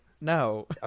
no